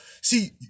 see